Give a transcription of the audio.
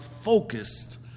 focused